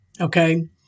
Okay